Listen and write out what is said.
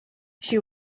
she